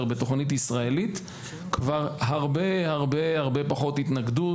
בתוכנית ישראלית יש כבר הרבה הרבה פחות התנגדות.